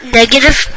negative